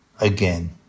again